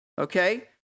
Okay